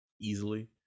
easily